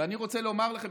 ואני רוצה לומר לכם,